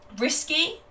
risky